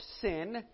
sin